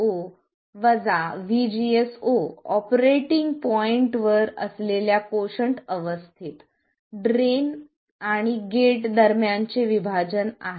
operating पॉईंटवर असलेल्या quotient अवस्थेत ड्रेन आणि गेट दरम्यानचे विभाजन आहे